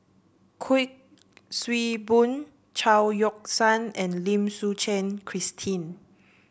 Kuik Swee Boon Chao Yoke San and Lim Suchen Christine